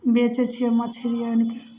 बेचै छिए मछरी आनिके